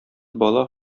бала